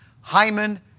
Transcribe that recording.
Hyman